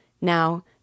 Now